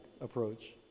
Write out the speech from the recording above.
approach